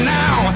now